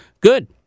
good